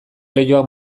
leihoak